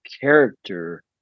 character